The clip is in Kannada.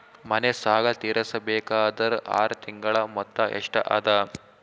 ಮನೆ ಸಾಲ ತೀರಸಬೇಕಾದರ್ ಆರ ತಿಂಗಳ ಮೊತ್ತ ಎಷ್ಟ ಅದ?